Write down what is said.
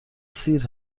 سیر